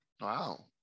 Wow